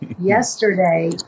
yesterday